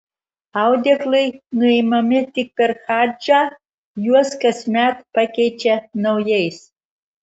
audeklai nuimami tik per hadžą juos kasmet pakeičia naujais